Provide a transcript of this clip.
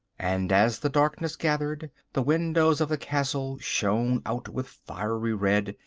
and as the darkness gathered, the windows of the castle shone out with fiery red,